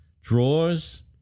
drawers